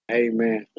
amen